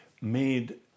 made